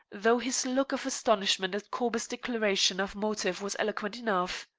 though his look of astonishment at corbett's declaration of motive was eloquent enough.